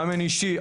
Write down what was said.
מאמן אישי,